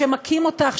שמכים אותך,